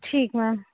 ठीक म्याम